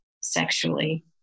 sexually